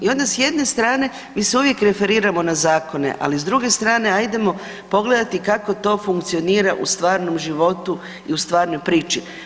I onda s jedne strane mi se uvijek referiramo na zakone, ali s druge strane ajdemo pogledati kako to funkcionira u stvarnom životu i u stvarnoj priči.